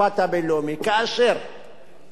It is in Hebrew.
בית-המשפט הבין-לאומי בהאג